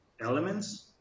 elements